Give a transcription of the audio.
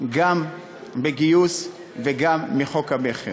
גם בגיוס וגם מחוק המכר.